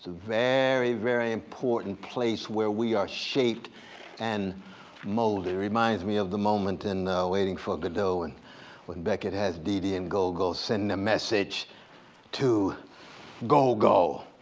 very, very important place where we are shaped and molded. it reminds me of the moment in waiting for godot, and when beckett has didi and gogo send a message to gogo.